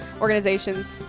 organizations